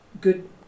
good